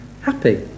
happy